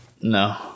No